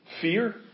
fear